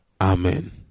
Amen